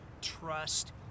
trust